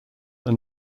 are